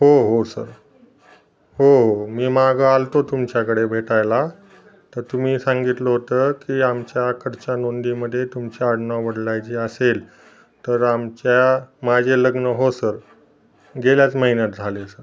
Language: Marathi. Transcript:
हो हो सर हो हो मी मागं आलो होतो तुमच्याकडे भेटायला तर तुम्ही सांगितलं होतं की आमच्याकडच्या नोंदीमध्ये तुमच्या आडनाव बदलायची असेल तर आमच्या माझे लग्न हो सर गेल्याच महिन्यात झाले सर